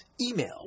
Email